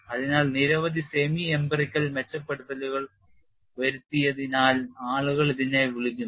അതിനാൽ നിരവധി semi emperical മെച്ചപ്പെടുത്തലുകൾ വരുത്തിയതിനാൽ ആളുകൾ ഇതിനെ വിളിക്കുന്നു